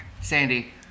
Sandy